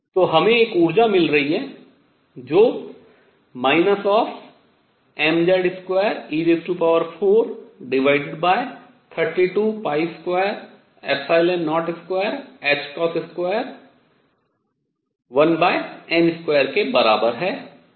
तो हमें एक ऊर्जा E मिल रही है जो mZ2e43220221n2 के बराबर है